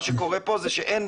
מה שקורה פה זה שאין,